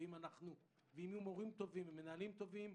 ואם יהיו מורים ומנהלים טובים,